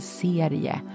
serie